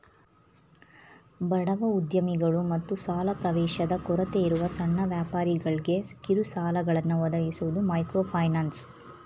ಬಡವ ಉದ್ಯಮಿಗಳು ಮತ್ತು ಸಾಲ ಪ್ರವೇಶದ ಕೊರತೆಯಿರುವ ಸಣ್ಣ ವ್ಯಾಪಾರಿಗಳ್ಗೆ ಕಿರುಸಾಲಗಳನ್ನ ಒದಗಿಸುವುದು ಮೈಕ್ರೋಫೈನಾನ್ಸ್